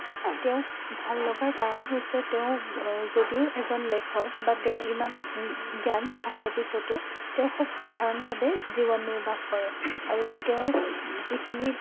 তেওঁক ভাল লগাৰ কাৰণ হৈছে তেওঁ যদিও এজন বা তেওঁৰ ইমান জ্ঞান থকাৰ পিছতো তেওঁ খুব সাধাৰণভাৱে জীৱন নিৰ্বাহ কৰে আৰু তেওঁৰ যিখিনি